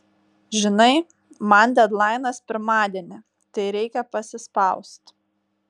žinai man dedlainas pirmadienį tai reikia pasispaust